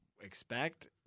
expect